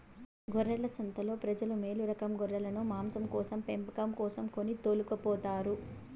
గొర్రెల సంతలో ప్రజలు మేలురకం గొర్రెలను మాంసం కోసం పెంపకం కోసం కొని తోలుకుపోతారు